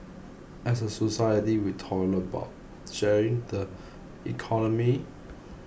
as a society we talk a lot about sharing the economy